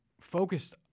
focused